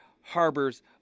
harbors